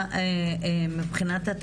מוכות,